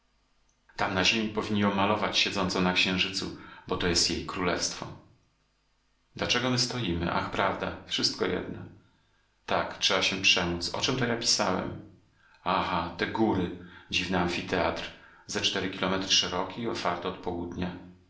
tam na ziemi powinni ją malować siedzącą na księżycu bo to jest jej królestwo dlaczego my stoimy ach prawda wszystko jedno tak trzeba się przemóc o czem to ja pisałem aha te góry dziwny amfiteatr ze cztery kilometry szeroki otwarty od południa